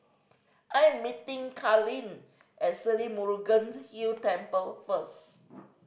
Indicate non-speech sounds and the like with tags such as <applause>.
I am meeting Kalyn at Sri Murugan Hill Temple first <noise>